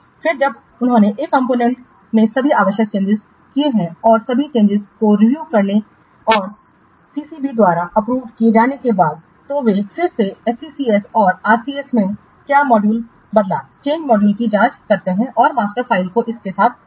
फिर जब उन्होंने एक कॉम्पोनेंट में सभी आवश्यक चेंजिंस किए हैं और सभी चेंजिंसों की रिव्यू करने और सीसीबी द्वारा अप्रूव्ड किए जाने के बाद तो वे फिर से एससीएससी और आरसीएस में क्या मॉड्यूल बदला चेंज मॉड्यूल की जांच कर सकते हैं और मास्टर फाइल को इसके साथ बदल दिया जाता है